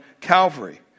Calvary